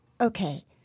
Okay